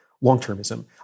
long-termism